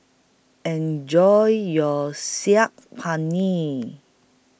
Enjoy your Saag Paneer